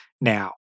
now